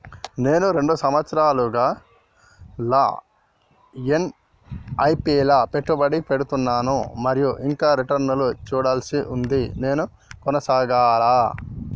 నేను రెండు సంవత్సరాలుగా ల ఎస్.ఐ.పి లా పెట్టుబడి పెడుతున్నాను మరియు ఇంకా రిటర్న్ లు చూడాల్సి ఉంది నేను కొనసాగాలా?